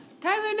Tyler